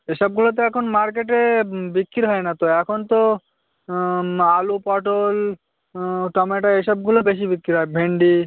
এসবগুলো তো এখন মার্কেটে বিক্রি হয় না তো এখন তো আলু পটল টমেটো এই সবগুলো বেশি বিক্রি হয় ভেন্ডি